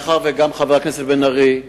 מאחר שגם חבר הכנסת בן-ארי,